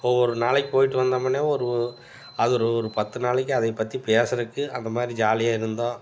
ஒவ்வொரு நாளைக்கு போயிட்டு வந்தோமுன்னே ஒரு அது ஒரு ஒரு பத்து நாளைக்கு அதை பற்றி பேசறதுக்கு அந்த மாதிரி ஜாலியாக இருந்தோம்